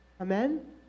Amen